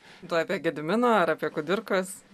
tu apie gediminą ar apie kudirkos